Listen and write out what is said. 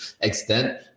extent